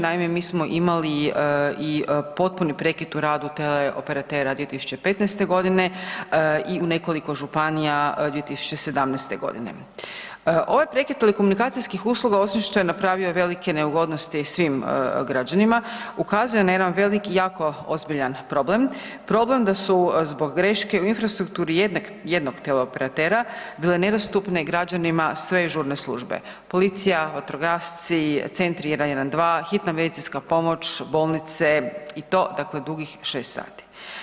Naime, mi smo imali i potpuni prekid u radu teleoperatera 2015.g. i u nekoliko županija 2017.g. Ovaj prekid telekomunikacijskih usluga osim što je napravio velike neugodnosti svim građanima, ukazuje na jedan velik i jako ozbiljan problem, problem da su zbog greške u infrastrukturi jedneg, jednog teleoperatera bile nedostupne građanima sve žurne službe, policija, vatrogasci, centri 112, hitna medicinska pomoć, bolnice i to dakle dugih 6 sati.